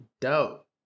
dope